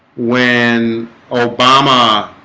when obama